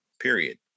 period